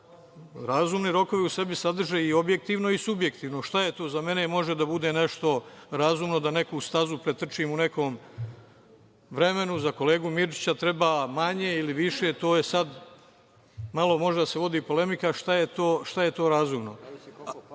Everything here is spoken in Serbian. razumni rokovi u Srbiji sadrže i objektivno i subjektivno. Za mene može da bude razumno da neku stazu pretrčim u nekom vremenu, za kolegu Mirčića treba manje ili više, to je sad nešto o čemu može da se vodi polemika šta je razumno,